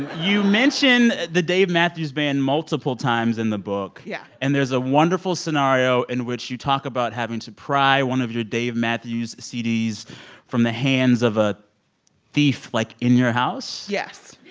you mention the dave matthews band multiple times in the book yeah and there's a wonderful scenario in which you talk about having to pry one of your dave matthews cds from the hands of a thief, like, in your house yes.